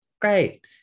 great